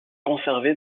conservées